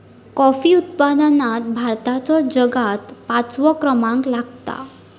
coffee उत्पादनात भारताचो जगात पाचवो क्रमांक लागता